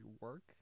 work